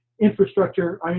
infrastructure